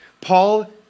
Paul